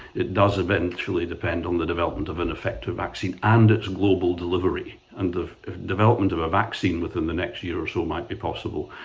it does eventually depend on the development of an effective vaccine and it's global delivery. and the development of a vaccine within the next year or so might be possible,